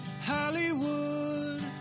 Hollywood